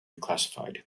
classified